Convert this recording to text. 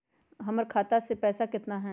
हमर खाता मे पैसा केतना है?